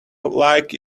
like